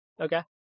Okay